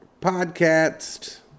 Podcast